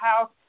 house